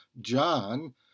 John